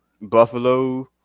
Buffalo